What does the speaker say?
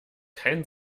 kein